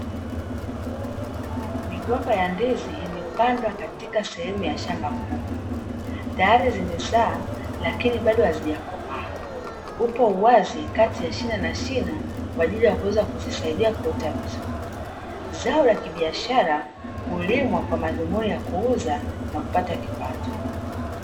Migomba ya ndizi imepandwa katika sehemu ya shamba kubwa, tayari zimezaa lakini bado hazijakoma, upo uwazi kati ya shina na shina kwa ajili ya kuweza kuzisaidia kuota vizuri. Zao la kibiashara, hulimwa kwa madhumuni ya kuuza na kupatia kipato.